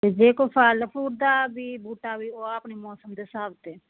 ਵੀ ਜੇ ਕੋਈ ਫਲ ਫੂਲ ਦਾ ਵੀ ਬੂਟਾ ਵੀ ਉਹ ਆਪਣੇ ਮੌਸਮ ਦੇ ਹਿਸਾਬ 'ਤੇ